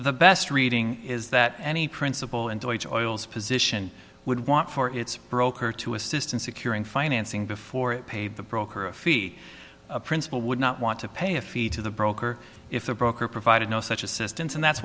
the best reading is that any principle and toils position would want for its broker to assist in securing financing before it paved the broker a fee principal would not want to pay a fee to the broker if the broker provided no such assistance and that's